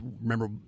remember